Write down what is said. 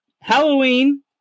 Halloween